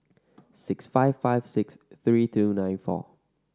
six five five six three two nine four